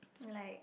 like